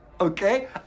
Okay